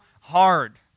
hard